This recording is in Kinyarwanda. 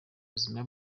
buzima